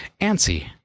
ANSI